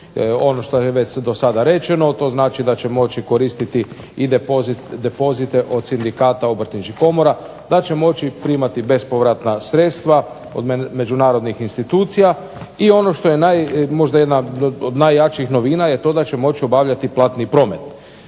Ono što je već do sada rečeno, da će moći koristiti i depozite od sindikata obrtničkih komora, da će moći primati bespovratna sredstva od međunarodnih institucija i ono što je jedna od najvećih novina je to da će moći obavljati platni promet.